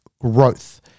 growth